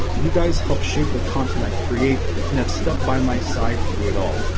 you guys help shape the content i create and have stuck by my side through it all.